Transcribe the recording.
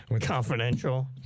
confidential